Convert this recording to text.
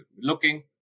looking